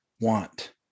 want